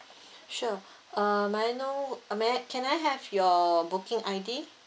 sure uh may I know uh may can I have your booking I_D